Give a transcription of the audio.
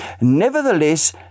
Nevertheless